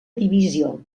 divisió